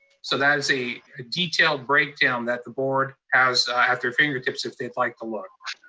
so that is a detailed breakdown that the board has at their fingertips if they'd like to look.